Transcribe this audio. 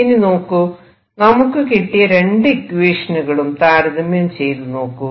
ഇനി നോക്കൂ നമുക്ക് കിട്ടിയ രണ്ടു ഇക്വേഷനുകളും താരതമ്യം ചെയ്തു നോക്കൂ